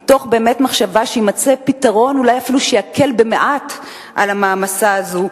באמת מתוך מחשבה שיימצא פתרון שאולי אפילו יקל במעט את המעמסה הזאת,